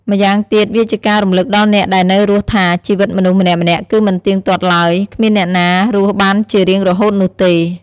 ម្យ៉ាងទៀត វាជាការរំលឹកដល់អ្នកដែលនៅរស់ថា ជីវិតមនុស្សម្នាក់ៗគឺមិនទៀងទាត់ឡើយ គ្មានអ្នកណារស់បានជារៀងរហូតនោះទេ។